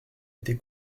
été